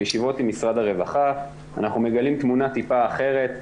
בישיבות עם משרד הרווחה אנחנו מגלים תמונה טיפה אחרת,